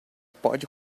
pode